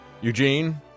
Eugene